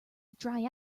dry